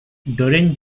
during